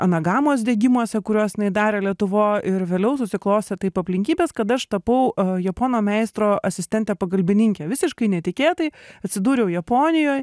anagamos degimuose kurios jinai darė lietuvoj ir vėliau susiklostė taip aplinkybės kad aš tapau japono meistro asistentė pagalbininkė visiškai netikėtai atsidūriau japonijoje